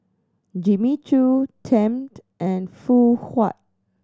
Jimmy Choo Tempt and Phoon Huat